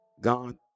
God